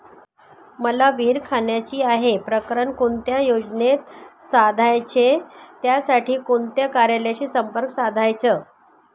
मला विहिर खणायची आहे, प्रकरण कोणत्या योजनेत करायचे त्यासाठी कोणत्या कार्यालयाशी संपर्क साधायचा?